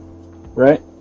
Right